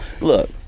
Look